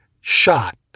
shot